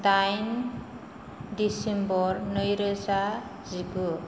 दाइन डिसेम्बर नैरोजा जिगु